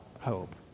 hope